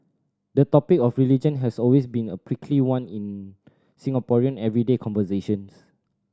the topic of religion has always been a prickly one in Singaporean everyday conversations